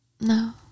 No